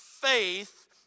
Faith